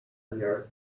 unearthed